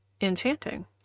enchanting